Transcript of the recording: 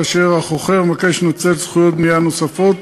כאשר החוכר מבקש לנצל זכויות בנייה נוספות,